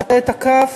שמטה את הכף